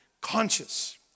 conscious